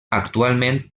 actualment